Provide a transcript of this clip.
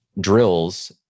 drills